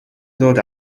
ddod